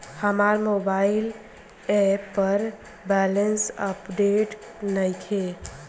हमार mobile app पर balance update नइखे